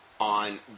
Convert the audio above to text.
on